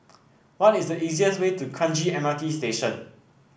what is the easiest way to Kranji M R T Station